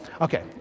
Okay